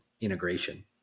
integration